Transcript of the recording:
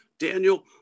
Daniel